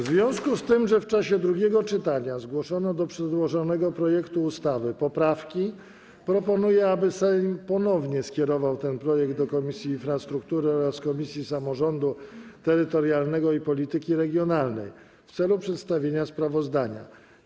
W związku z tym, że w czasie drugiego czytania zgłoszono do przedłożonego projektu ustawy poprawki, proponuję, aby Sejm ponownie skierował ten projekt do Komisji Infrastruktury oraz Komisji Samorządu Terytorialnego i Polityki Regionalnej w celu przedstawienia sprawozdania.